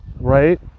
right